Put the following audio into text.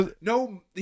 no